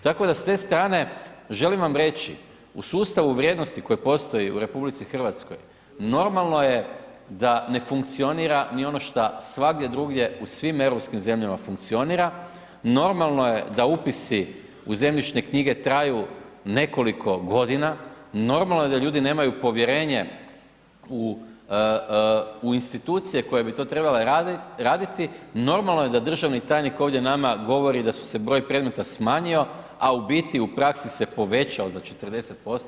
Tako da s te strane, želim vam reći, u sustavu vrijednosti koja postoji u RH normalno je da ne funkcionira ni ono šta svagdje drugdje u svim europskim zemljama funkcionira, normalno je da upisi u zemljišne knjige traju nekoliko godina, normalno je da ljudi nemaju povjerenje u institucije koje bi to trebale raditi, normalno je da državni tajnik ovdje nama govori da su se broj predmeta smanjio, a u biti u praksi se povećao za 40%